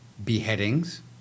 Beheadings